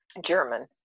German